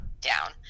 down